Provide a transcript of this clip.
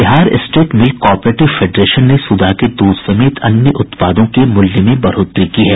Bihar state milk cooperative federation ने सुधा के दूध समेत अन्य उत्पादों के मूल्य में बढ़ोतरी की है